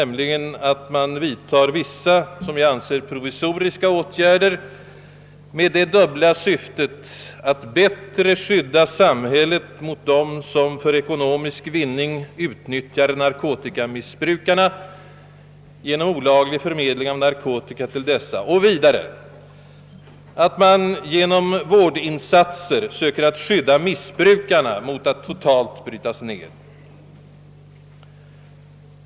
Man bör alltså nu vidta dessa som jag anser provisoriska åtgärder med det dubbla syftet att bättre skydda samhället mot dem som för ekonomisk vinning utnyttjar narkotikamissbrukarna genom olaglig förmedling av narkotika till dessa och att genom vårdinsatser försöka skydda missbrukarna mot att totalt brytas ned.